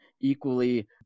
equally